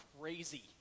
crazy